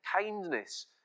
kindness